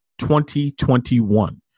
2021